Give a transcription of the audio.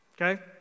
Okay